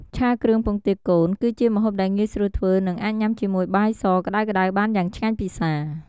ឆាគ្រឿងពងទាកូន គឺជាម្ហូបដែលងាយស្រួលធ្វើ និងអាចញ៉ាំជាមួយបាយសក្តៅៗបានយ៉ាងឆ្ងាញ់ពិសា។